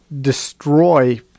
destroy